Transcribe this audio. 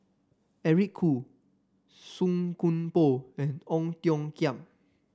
Eric Khoo Song Koon Poh and Ong Tiong Khiam